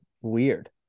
weird